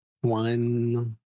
One